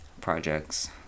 projects